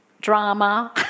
drama